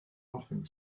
nothing